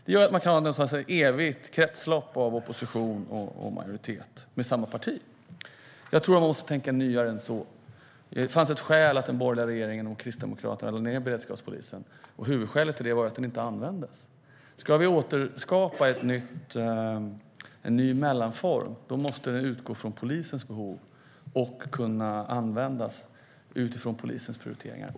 Det gör att man kan ha något slags evigt kretslopp av opposition och majoritet med samma parti. Jag tror att man måste tänka nyare än så. Det fanns ett skäl till att den borgerliga regeringen och Kristdemokraterna lade ned beredskapspolisen. Huvudskälet var att den inte användes. Ska vi skapa en ny mellanform måste den utgå från polisens behov och kunna användas utifrån polisens prioriteringar.